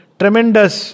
tremendous